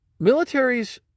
Militaries